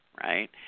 Right